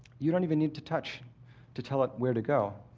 you don't even need to touch to tell it where to go.